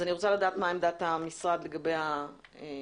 אני רוצה לדעת מה עמדת המשרד לגבי זה.